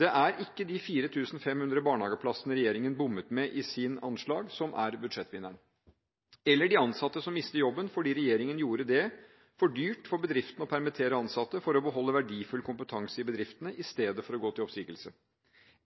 Det er ikke de 4 500 barnehageplassene regjeringen bommet med i sitt anslag, som er budsjettvinneren, eller de ansatte som mister jobben fordi regjeringen gjorde det for dyrt for bedriftene å permittere ansatte for å beholde verdifull kompetanse i bedriften, i stedet for å gå til oppsigelse,